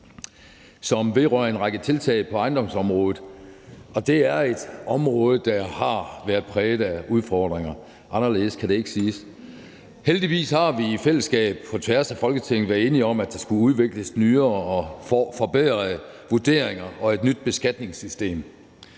som vedrører en række tiltag på ejendomsområdet. Det er et område, der har været præget af udfordringer – anderledes kan det ikke siges. Heldigvis har vi i fællesskab på tværs af Folketinget været enige om, at der skulle udvikles nyere og forbedrede vurderinger og et nyt beskatningssystem.